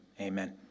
Amen